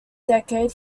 decade